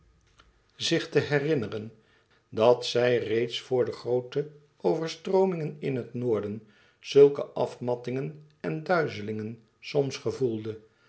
zich te herinneren dat zij reeds vr de groote overstroomingen in het noorden zulke afmattingen en duizelingen soms gevoelde